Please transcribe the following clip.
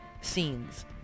scenes